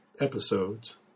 episodes